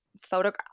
photograph